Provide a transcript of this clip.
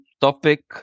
topic